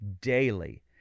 daily